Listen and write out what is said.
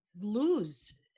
lose